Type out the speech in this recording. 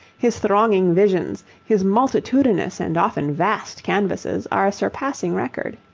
his thronging visions, his multitudinous and often vast canvases are a surpassing record.